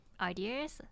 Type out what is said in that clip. ideas